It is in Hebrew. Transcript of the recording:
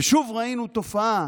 ושוב ראינו תופעה